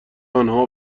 آنها